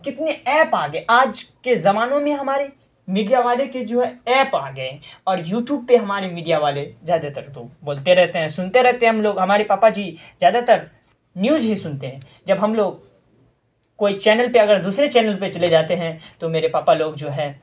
کتنے ایپ آ گیے آج کے زمانوں میں ہمارے میڈیا والے کے جو ہے ایپ آ گئے اور یو ٹیوپ پہ ہمارے میڈیا والے زیادہ تر تو بولتے رہتے ہیں سنتے رہتے ہیں ہم لوگ ہمارے پاپا جی زیادہ تر نیوز ہی سنتے ہیں جب ہم لوگ کوئی چینل پہ اگر دوسرے چینل پہ چلے جاتے ہیں تو میرے پاپا لوگ جو ہے